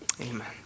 Amen